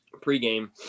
pregame